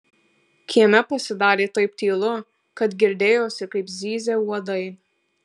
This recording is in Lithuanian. kieme pasidarė taip tylu kad girdėjosi kaip zyzia uodai